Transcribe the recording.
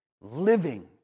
living